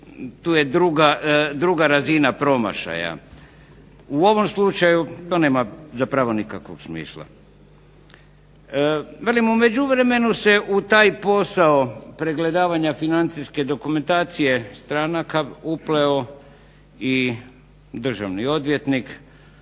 Tu je druga razina promašaja. U ovom slučaju to nema zapravo nikakvog smisla. Velim u međuvremenu se u taj posao pregledavanja financijske dokumentacije stranaka upleo i državni odvjetnik,